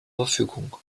verfügung